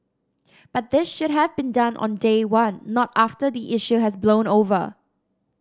but this should have been done on day one not after the issue has blown over